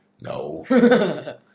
No